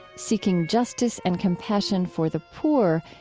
seeking justice and compassion for the poor,